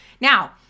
Now